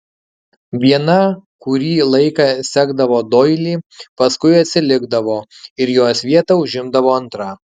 viena kurį laiką sekdavo doilį paskui atsilikdavo ir jos vietą užimdavo antra